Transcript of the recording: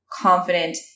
confident